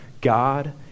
God